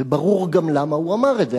וברור גם למה הוא אמר את זה.